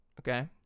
Okay